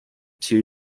two